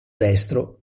destro